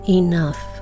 enough